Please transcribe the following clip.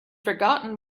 forgotten